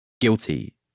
Guilty